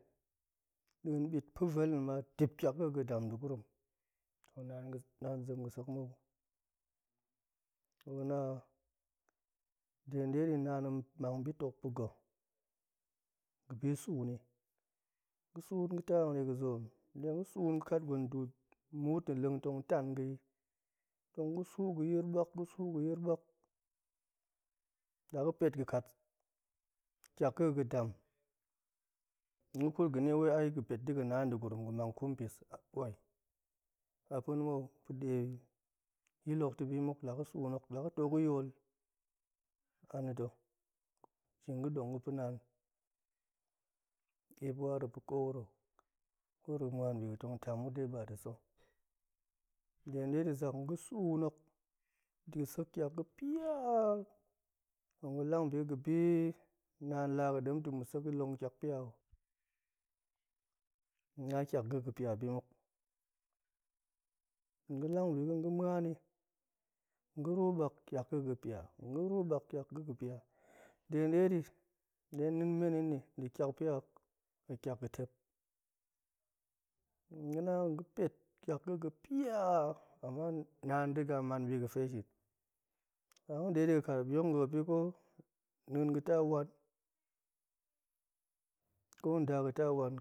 Din bit pa̱vel na̱ ma tiak ga̱ a ga̱dam de gurum to ga̱ naan ga̱, naan zem ga̱sek mou to ga̱ na nde dedin naan tong mang bitok pa̱ga̱ ga̱bi suuni, ga̱ suun ga̱ ta hangga̱de ga̱zoom de ga̱ suun ga̱ kat gwen du muut na̱ leng tong tan ga̱i nga̱ su ga̱ yir bak ga̱ su ga̱ yir bak la ga̱ pet ga̱kat tiak ga̱ a ga̱dam tong ga̱ ƙut ga̱fe ai ga̱ pet dega̱ na degurum ga̱ mang kumpis kwai a pa̱na̱ mou pa̱de yilok to bimuk la ga̱ suunok la ga̱ to ga̱yol anito shin ga̱dong ga̱ pa̱ naan ep war ga̱pa̱ kowuro ga̱ muan bi ga̱ tong tang muk de ga̱ba de sa̱ nde dedi zak nga̱ suunok de sek tiak ga̱pia tong ga̱ lang bi ga̱ bi naan laga̱ demto ma̱sek long tiakpia oh ga̱na tiak ga̱ a ga̱ pia, ga̱lang biga̱ ga̱ muani nga̱ ru bak tiakga̱ a ga̱ pia nga̱ ru bak tiakga̱ a ga̱ pia nɗe dedi detong nin meni tiak pia ok pe tiak ga̱ tep nga̱na nga̱ pet taik ga̱ a ga̱ pia ama naan rega man bi ga̱fe shin la ga̱ dedi kat ma̱p yong ga̱ ko nien ga̱ ta wan ko nda ga̱ ta wan,